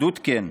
אחדות כן,